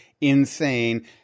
insane